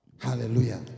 Hallelujah